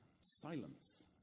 silence